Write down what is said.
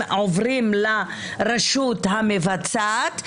הם עוברים לרשות המבצעת,